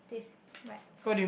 is this right